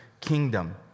kingdom